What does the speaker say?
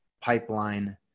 pipeline